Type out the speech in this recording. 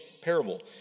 parable